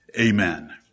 amen